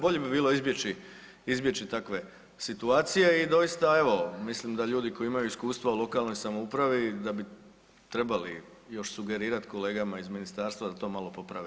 Bolje bi bilo izbjeći takve situacije i doista evo mislim da ljudi koji imaju iskustva u lokalnoj samoupravi da bi trebali još sugerirati kolegama iz ministarstva da to malo poprave.